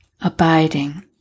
abiding